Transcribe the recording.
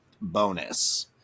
bonus